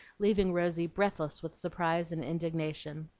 leaving rosy breathless with surprise and indignation.